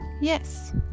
yes